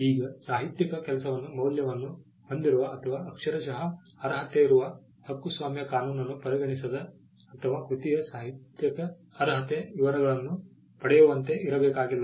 ಈಗ ಸಾಹಿತ್ಯಿಕ ಕೆಲಸವು ಮೌಲ್ಯವನ್ನು ಹೊಂದಿರುವ ಅಥವಾ ಅಕ್ಷರಶಃ ಅರ್ಹತೆಯಿರುವ ಹಕ್ಕುಸ್ವಾಮ್ಯ ಕಾನೂನನ್ನು ಪರಿಗಣಿಸದ ಅಥವಾ ಕೃತಿಯ ಸಾಹಿತ್ಯಿಕ ಅರ್ಹತೆಯ ವಿವರಗಳನ್ನು ಪಡೆಯುವಂತೆ ಇರಬೇಕಾಗಿಲ್ಲ